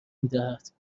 میدهد